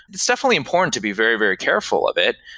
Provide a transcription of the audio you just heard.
it's definitely important to be very, very careful of it,